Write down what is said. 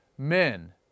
Men